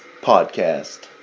Podcast